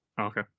Okay